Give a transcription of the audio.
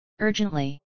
urgently